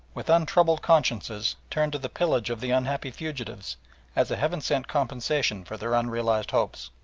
with untroubled consciences turned to the pillage of the unhappy fugitives as a heaven-sent compensation for their unrealised hopes.